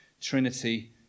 Trinity